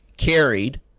carried